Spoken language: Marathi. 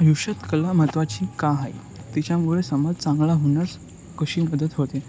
आयुष्यात कला महत्त्वाची का आहे तिच्यामुळे समाज चांगला होण्यासाठी कशी मदत होते